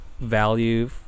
value